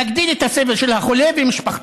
מגדיל את הסבל של החולה ושל משפחתו.